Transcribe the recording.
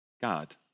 God